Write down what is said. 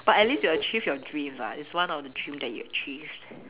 but at least you achieved your dreams [what] it's one of the dream that you achieved